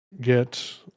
get